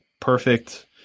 perfect